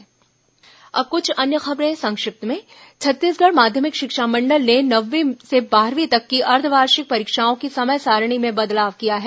संक्षिप्त समाचार अब कुछ अन्य खबरें संक्षिप्त में छत्तीसगढ़ माध्यमिक शिक्षा मंडल ने नवमीं से बारहवीं तक की अर्द्धवार्षिक परीक्षाओं की समय सारिणी में बदलाव किया है